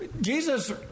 Jesus